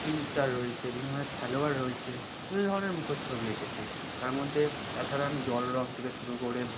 film star রয়েছে বিভিন্ন ধরনের খেলোয়াড় রয়েছে বিভিন্ন ধরনের মুখচ্ছবি এঁকেছি তার মধ্যে তাছাড়াও আমি জল রং থেকে শুরু করে